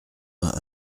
vingt